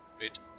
Wait